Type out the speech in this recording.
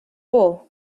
all